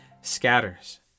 scatters